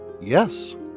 Yes